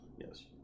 Yes